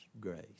grace